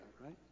right